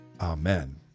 Amen